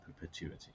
perpetuity